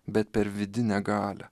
bet per vidinę galią